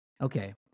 okay